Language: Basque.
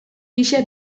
gisa